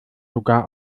sogar